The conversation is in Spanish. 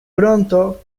pronto